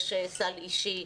יש סל אישי,